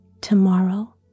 Tomorrow